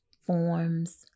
forms